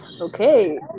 Okay